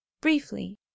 briefly